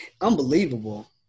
unbelievable